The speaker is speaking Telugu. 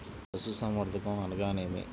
పశుసంవర్ధకం అనగా ఏమి?